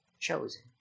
chosen